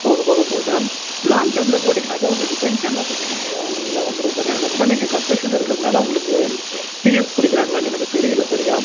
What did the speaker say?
போகப்போக சொல்லுறேன் லாங் டேர்ம்ல போட்டிங்கன்னாக்கா உங்களுக்கு பென்ஷன் வசதியும் இதில் வந்துரும் சார் அநேகமாக நீங்கள் கன்ஸ்ட்ரக்க்ஷனில் இருக்குறதுனால உங்களுக்கு பிஎஃப் பிடிக்கிறாங்களான்னு எனக்கு தெரியல சரியா